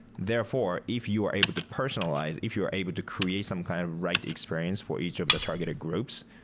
therefore, if you are able to personalize, if you are able to create some kind of right experience for each of the targeted groups,